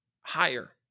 higher